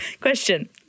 Question